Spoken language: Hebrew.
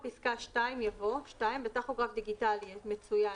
פסקה (2) יבוא: "(2) בטכוגרף דיגיטלי מצוין,